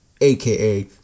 AKA